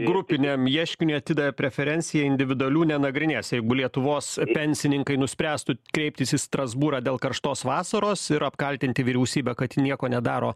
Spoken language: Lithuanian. grupiniam ieškiniui atidavė preferenciją individualių nenagrinės jeigu lietuvos pensininkai nuspręstų kreiptis į strasbūrą dėl karštos vasaros ir apkaltinti vyriausybę kad ji nieko nedaro